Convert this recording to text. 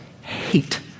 hate